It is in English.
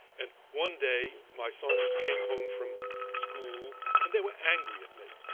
and one day my sons came home from school and they were angry at me.